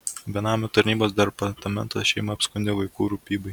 benamių tarnybos departamentas šeimą apskundė vaikų rūpybai